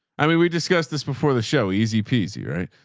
i mean, we discussed this before the show, easy peasy, right?